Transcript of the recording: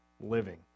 living